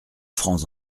francs